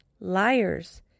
liars